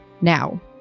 now